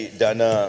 dana